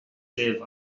libh